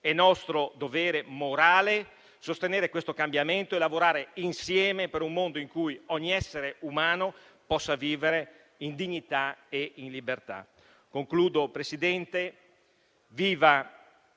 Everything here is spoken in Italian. È nostro dovere morale sostenere questo cambiamento e lavorare insieme per un mondo in cui ogni essere umano possa vivere in dignità e in libertà. Concludo, Presidente. *Viva